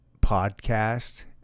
podcast